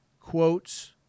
quotes